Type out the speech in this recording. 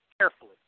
carefully